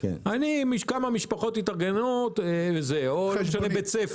מה משפחות שהתארגנו או בית ספר,